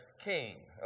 King